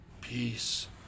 Peace